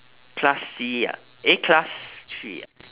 class C ah eh class three ah